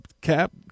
Cap